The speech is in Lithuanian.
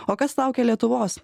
o kas laukia lietuvos